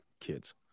kids